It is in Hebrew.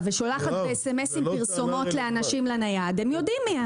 ושולחת ב-אס.אמ.אסים פרסומות לאנשים לנייד הם יודעים מי הם.